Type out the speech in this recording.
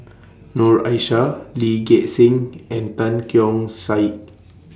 Noor Aishah Lee Gek Seng and Tan Keong Saik